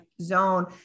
zone